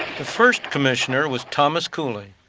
the first commissioner was thomas cooley,